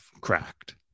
cracked